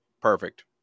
Perfect